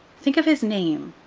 think of his name,